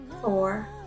four